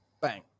bang